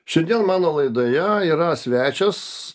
šiandien mano laidoje yra svečias